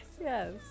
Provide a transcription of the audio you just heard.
Yes